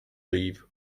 leave